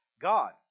god